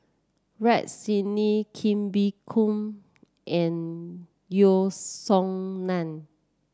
Rex Shelley Kee Bee Khim and Yeo Song Nian